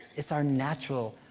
it's our natural,